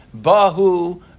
Bahu